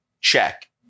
Check